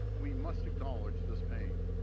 we must acknowledge this pain.